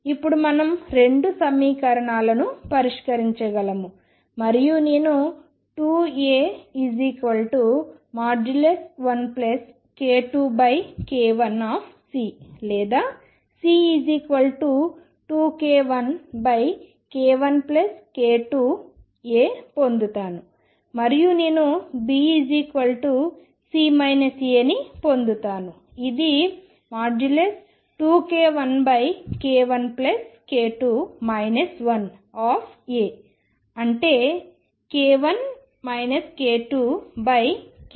ఇప్పుడు మనం రెండు సమీకరణాలను పరిష్కరించగలము మరియు నేను 2A1k2k1C లేదా C2k1k1k2A పొందుతాను మరియు నేను BC Aని పొందుతాను ఇది 2k1k1k2 1A అంటే k1 k2k1k2 B